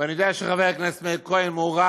ואני יודע שחבר הכנסת מאיר כהן מעורב